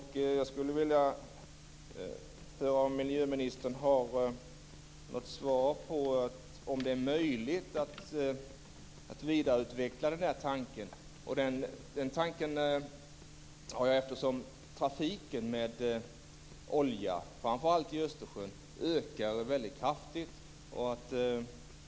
Jag skulle vilja höra om miljöministern har något svar på frågan om det är möjlig att vidareutveckla den här tanken. Det undrar jag eftersom trafiken med olja i framför allt Östersjön ökar väldigt kraftigt.